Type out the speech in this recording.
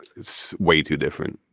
it's way too different